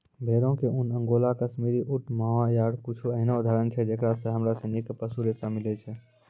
भेड़ो के ऊन, अंगोला, काश्मीरी, ऊंट, मोहायर कुछु एहनो उदाहरण छै जेकरा से हमरा सिनी के पशु रेशा मिलै छै